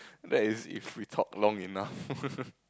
that is if we talk long enough